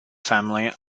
family